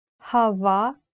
hava